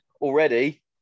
already